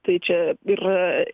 tai čia ir